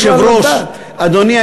אדוני,